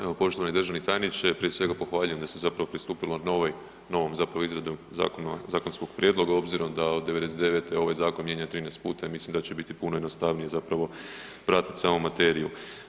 Evo, poštovani državni tajniče prije svega pohvaljujem da se zapravo pristupilo novoj, novom zapravo izradi zakonskog prijedloga obzirom da od '99.-te ovaj zakon je mijenjan 13 puta i mislim da će biti puno jednostavnije zapravo pratiti samu materiju.